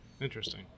Interesting